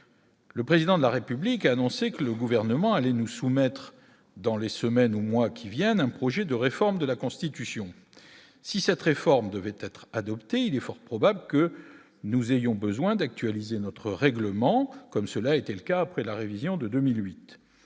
le président de la République a annoncé que le gouvernement allait nous soumettre dans les semaines ou mois qui viennent, un projet de réforme de la Constitution, si cette réforme devait être adoptée, il est fort probable que nous ayons besoin d'actualiser notre règlement comme cela était le cas après la révision de 2008,